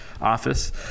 office